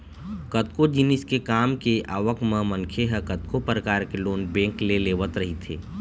कतको जिनिस के काम के आवक म मनखे ह कतको परकार के लोन बेंक ले लेवत रहिथे